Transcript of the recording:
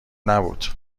نبود